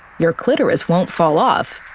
your clitoris won't fall off.